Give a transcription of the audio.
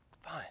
Fine